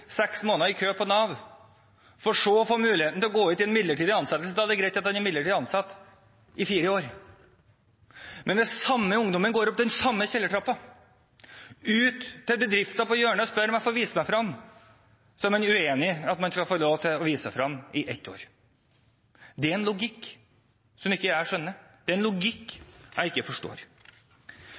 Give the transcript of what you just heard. seks måneder i kø på Nav, for så å få muligheten til å gå ut i en midlertidig ansettelse. Da det er greit at en er midlertidig ansatt i fire år. Men hvis den samme ungdommen går opp den samme kjellertrappa, ut til bedriften på hjørnet og spør om å få vist seg frem, så er man uenig i at man skal få lov til å vise seg frem i ett år. Det er en logikk som jeg ikke skjønner. Det er en logikk jeg ikke forstår.